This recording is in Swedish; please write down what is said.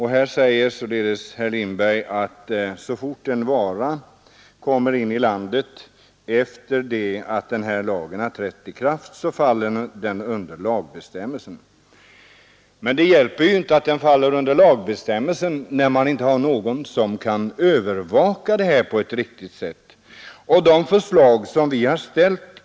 Herr Lindberg förklarar att så fort en vara kommer in i landet efter det att den här lagen har trätt i kraft faller den under lagbestämmelserna. Men det hjälper ju inte, när man inte har någon som kan övervaka att lagbestämmelserna följs på ett riktigt sätt.